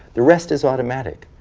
the rest is automatic.